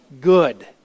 good